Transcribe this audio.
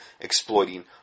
exploiting